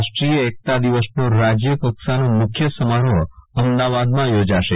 રાષ્ટ્રીય એકતા દિવસનો રાજયકક્ષાનો મુખ્ય સમારોહ અમદાવાદમાં યોજાશે